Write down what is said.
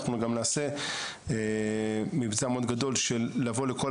אנחנו גם נעשה מבצע מאוד גדול לבוא לכל